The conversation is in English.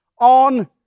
on